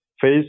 Face